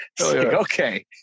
Okay